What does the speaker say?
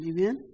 Amen